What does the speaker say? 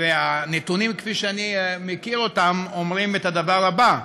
והנתונים כפי שאני מכיר אותם אומרים את הדבר הזה: